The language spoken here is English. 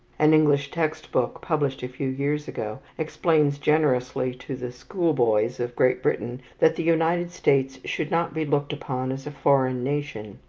an english text-book, published a few years ago, explains generously to the school-boys of great britain that the united states should not be looked upon as a foreign nation.